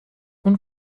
اون